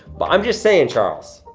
but i'm just saying, charles,